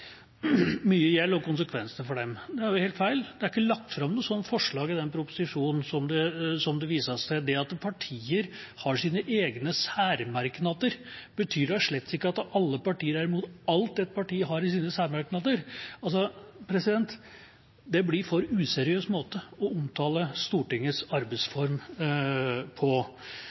mye gjeld, og konsekvensene for dem. Det er helt feil, det er ikke lagt fram noe slikt forslag i den proposisjonen som det vises til. Det at partier har sine egne særmerknader, betyr da slett ikke at alle partier er imot alt et parti har i sine særmerknader. Det blir en for useriøs måte å omtale Stortingets